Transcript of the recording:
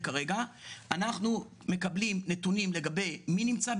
אני מעדיף שהפוליטיקה תהיה קטנה והמהות תהיה